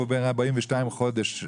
הוא בן 42 חודש,